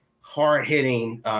hard-hitting